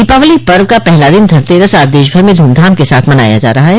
दीपावली पर्व का पहला दिन धनतेरस आज देश भर में ध्मधाम के साथ मनाया जा रहा है